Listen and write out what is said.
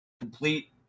complete